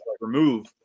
remove